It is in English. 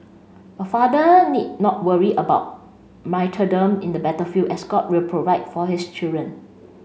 a father need not worry about in the battlefield as God will provide for his children